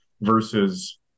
versus